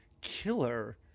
killer